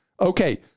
okay